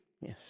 yes